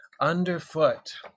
underfoot